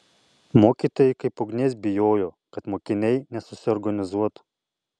mokytojai kaip ugnies bijojo kad mokiniai nesusiorganizuotų